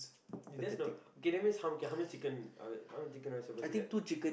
that's no K that means how okay how uh how many chicken are we supposed to get